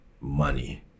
money